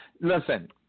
Listen